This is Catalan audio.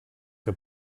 que